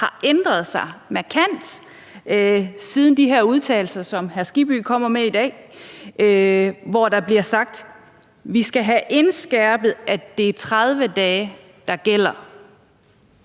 har ændret sig markant siden de udtalelser, som hr. Hans Kristian Skibby citerer i dag, om, at vi skal have indskærpet, at det er 30 dage, der gælder?